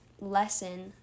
lesson